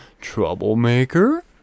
troublemaker